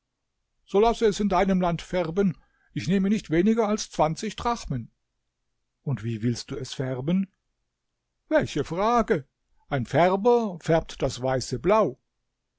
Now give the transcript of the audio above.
so lasse es in deinem land färben ich nehme nicht weniger als zwanzig drachmen und wie willst du es färben welche frage ein färber färbt das weiße blau